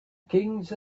kings